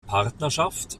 partnerschaft